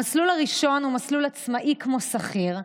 המסלול הראשון הוא מסלול "עצמאי כמו שכיר",